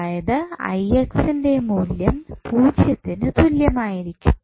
അതായത് ന്റെ മൂല്യം പൂജ്യത്തിന് തുല്യമായിരിക്കും